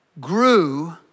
grew